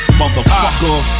motherfucker